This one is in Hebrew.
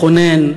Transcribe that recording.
מכונן,